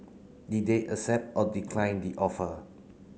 did they accept or decline the offer